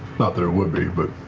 not that it would be, but.